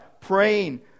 praying